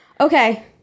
Okay